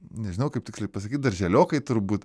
nežinau kaip tiksliai pasakyt daržėliokai turbūt